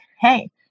hey